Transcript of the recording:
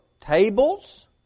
tables